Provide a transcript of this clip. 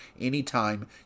anytime